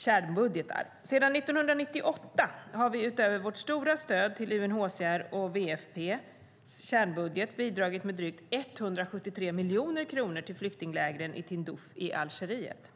kärnbudgetar. Sedan 1998 har vi utöver vårt stora stöd till UNHCR:s och WFP:s kärnbudgetar bidragit med drygt 173 miljoner kronor till flyktinglägren i Tindouf i Algeriet.